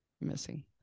missing